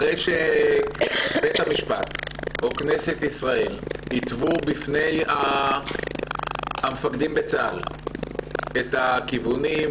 אחרי שבית המשפט או כנסת ישראל התוו בפני המפקדים בצה"ל את הכיוונים,